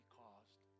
caused